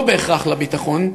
לא בהכרח לביטחון,